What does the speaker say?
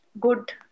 good